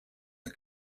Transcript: the